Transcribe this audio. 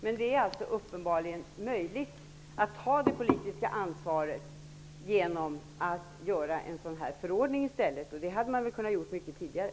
Men det är uppenbarligen möjligt att ta det politiska ansvaret genom att göra en förordning i stället. Det hade man kunnat göra mycket tidigare.